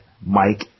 Mike